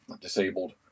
disabled